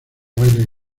baile